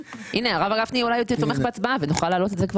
הרב גפני אולי תומך בהצבעה ונוכל להעלות את זה.